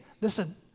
listen